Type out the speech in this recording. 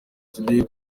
today